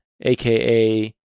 aka